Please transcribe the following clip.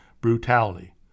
brutality